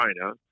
China